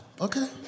Okay